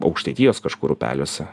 aukštaitijos kažkur upeliuose